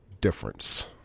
difference